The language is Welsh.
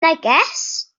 neges